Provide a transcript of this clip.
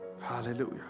hallelujah